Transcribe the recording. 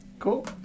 Cool